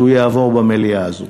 שהוא יעבור במליאה הזאת.